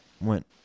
went